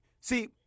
see